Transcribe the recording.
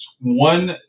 one